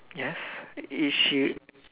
yes is she